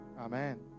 Amen